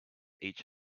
each